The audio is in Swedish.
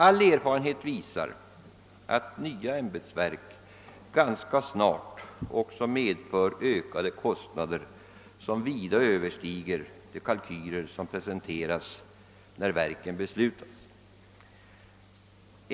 All erfarenhet visar att ett nytt ämbetsverk ganska snart också medför ökade kostnader, som vida överstiger de kalkyler som presenterats när riksdagen fattat beslut om verket.